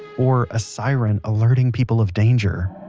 or a siren alerting people of danger